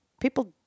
People